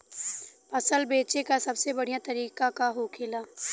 फसल बेचे का सबसे बढ़ियां तरीका का होखेला?